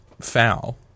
foul